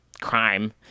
crime